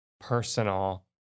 personal